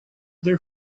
their